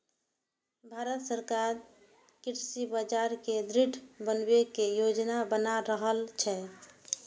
भांरत सरकार कृषि बाजार कें दृढ़ बनबै के योजना बना रहल छै